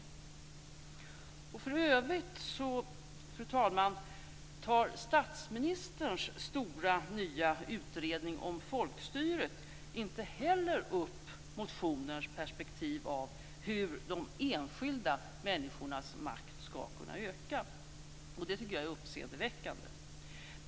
Fru talman! För övrigt tar statsministerns nya stora utredning om folkstyret inte heller upp motionens perspektiv när det gäller hur de enskilda människornas makt skall kunna öka, vilket jag tycker är uppseendeväckande.